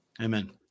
amen